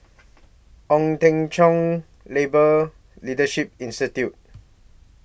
Ong Teng Cheong Labour Leadership Institute